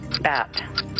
Bat